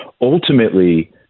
ultimately